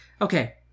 Okay